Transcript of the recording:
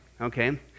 Okay